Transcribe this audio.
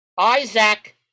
Isaac